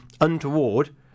untoward